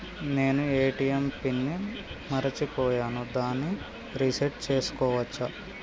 నేను ATM pin ని మరచిపోయాను దాన్ని రీ సెట్ చేసుకోవచ్చా?